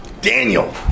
Daniel